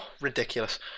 Ridiculous